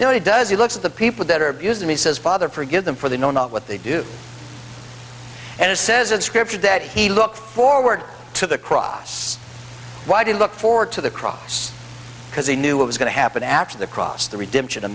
he does he looks at the people that are abused and he says father forgive them for they know not what they do and it says in scripture that he looks forward to the cross why didn't look forward to the cross because he knew what was going to happen after the cross the redemption